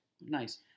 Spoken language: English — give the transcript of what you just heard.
Nice